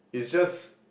it's just